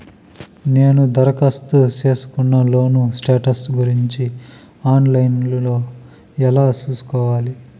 నేను దరఖాస్తు సేసుకున్న లోను స్టేటస్ గురించి ఆన్ లైను లో ఎలా సూసుకోవాలి?